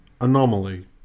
anomaly